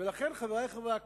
ולכן, חברי חברי הכנסת,